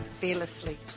fearlessly